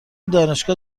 دانشگاه